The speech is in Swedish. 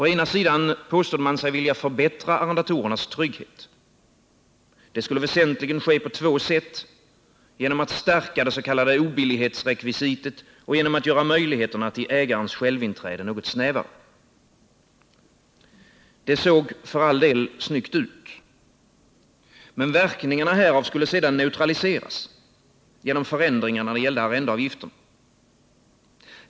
Man påstod sig vilja förbättra arrendatorernas trygghet. Det skulle väsentligen ske på två sätt: genom att stärka det s.k. obillighetsrekvisitet och genom att göra möjligheterna till ägarens självinträde något snävare. Det såg för all del snyggt ut. Men verkningarna härav skulle sedan neutraliseras genom förändringar när det gällde arrendeavgifterna.